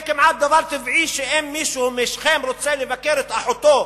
זה כמעט דבר טבעי שאם מישהו משכם רוצה לבקר את אחותו